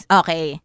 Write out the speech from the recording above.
okay